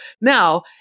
Now